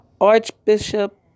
Archbishop